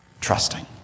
trusting